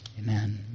Amen